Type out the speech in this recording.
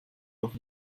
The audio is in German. doch